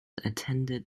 attended